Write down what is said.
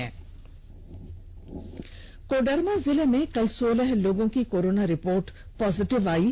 झढ कोडरमा जिले में कल सोलह लोगों की कोरोना रिपोर्ट पॉजिटिव आयी है